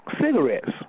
cigarettes